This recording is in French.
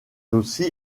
aussi